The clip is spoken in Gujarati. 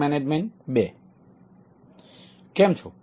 કેમ છો